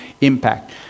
impact